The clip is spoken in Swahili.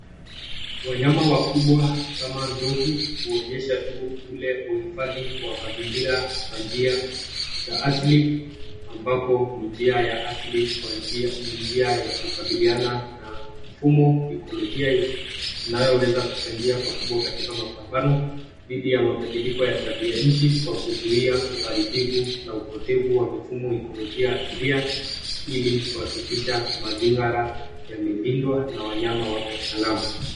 Wanyama wakubwa kama ndovu huonyesha tu ule uhifadhi wa mazingira kwa njia za asili ambapo ambapo ni njia ya asili ni njia ya kukabiliana na mfumo wa kiekolojia inayoweza kuchangia pakubwa katika mapambano dhidi ya mabadiliko ya tabia nchi kwa kuzuia uharibifu na upotevu wa mfumo kiekolojia asilia ili kuhakikisha mazingira yamelindwa na wanyama wako salama.